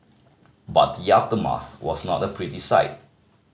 but the aftermath was not a pretty sight